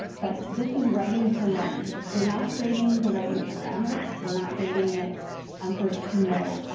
but this is writing-to-learn. we're not grading the writing for grammar. we're not grading it um for, you know,